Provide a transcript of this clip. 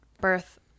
birth